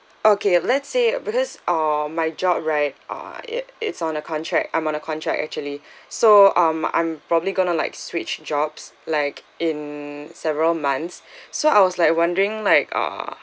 okay let's say because uh my job right uh it it's on a contract I'm on a contract actually so um I'm probably gonna like switch jobs like in several months so I was like wondering like uh